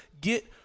Get